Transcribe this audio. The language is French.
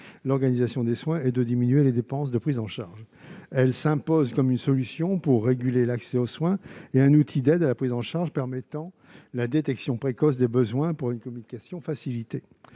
l'organisation des soins et de diminuer les dépenses de prise en charge. La télésurveillance s'impose comme une solution pour réguler l'accès aux soins et un outil d'aide à la prise en charge permettant la détection précoce des besoins par une communication facilitée.